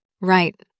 Right